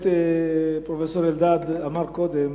ופרופסור אלדד אמר קודם